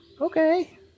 Okay